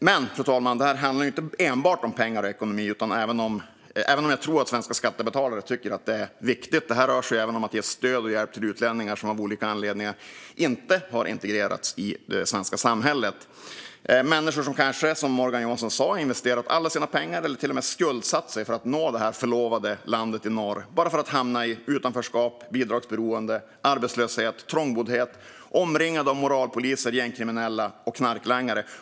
Men, fru talman, detta handlar ju inte enbart om pengar och ekonomi, även om jag tror att svenska skattebetalare tycker att det är viktigt, utan det rör sig även om att ge stöd och hjälp till utlänningar som av olika anledningar inte har integrerats i det svenska samhället. Dessa människor har kanske, som Morgan Johansson sa, investerat alla sina pengar eller till och med skuldsatt sig för att nå detta förlovade land i norr, bara för att hamna i utanförskap, bidragsberoende, arbetslöshet och trångboddhet och vara omringade av moralpoliser, gängkriminella och knarklangare.